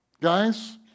guys